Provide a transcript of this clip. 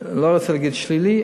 לא רוצה להיות שלילי,